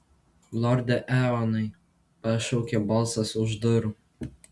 lorde eonai pašaukė balsas už durų